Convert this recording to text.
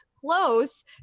close